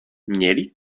měli